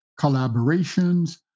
collaborations